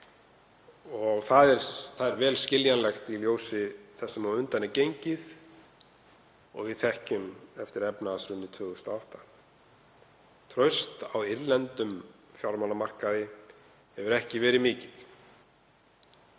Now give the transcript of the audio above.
og það er vel skiljanlegt í ljósi þess sem á undan er gengið, eftir efnahagshrunið 2008. Traust á innlendum fjármálamarkaði hefur ekki verið mikið.